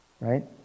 Right